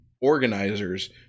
organizers